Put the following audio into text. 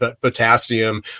potassium